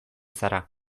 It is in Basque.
zara